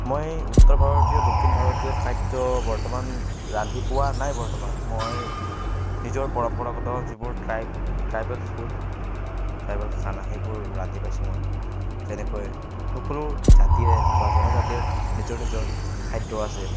মই উত্তৰ ভাৰতীয় দক্ষিণ ভাৰতীয় খাদ্য বৰ্তমান ৰান্ধি পোৱা নাই বৰ্তমান মই নিজৰ পৰম্পৰাগত যিবোৰ ট্ৰাইব ট্ৰাইবেল ফুড ট্ৰাইবেল খানা সেইবোৰ ৰান্ধি পাইছোঁ মই যেনেকৈ সকলো জাতিৰে বা জনজাতিৰ নিজৰ নিজৰ খাদ্য আছে